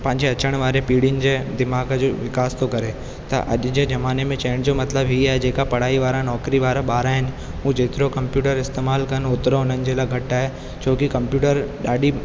पंहिंजे अचण वारे पीड़ियुनि जे दिमाग़ जो विकास थो करे त अॼ जे जमाने में चवण जो मतिलबु इहो आहे जेका पढ़ाई वारा नौकिरी वारा आहिनि पोइ जेतिरो कम्पयूटर इस्तेमाल कनि ओतिरो उन्हनि जे लाइ घटि आहे छोकी कम्पयूटर ॾाढी